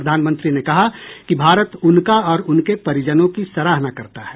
प्रधानमंत्री ने कहा कि भारत उनका और उनके परिजनों की सराहना करता है